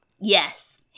Yes